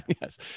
yes